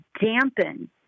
dampen